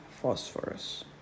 phosphorus